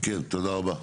תודה רבה.